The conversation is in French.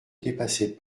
dépassait